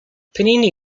panini